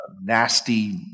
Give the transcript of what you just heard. nasty